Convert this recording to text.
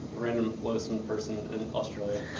random lonesome person in australia.